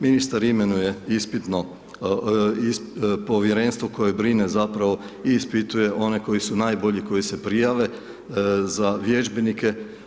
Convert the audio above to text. Ministar imenuje ispitno, povjerenstvo koje brine zapravo i ispituje one koji su najbolji koje se prijave za vježbenike.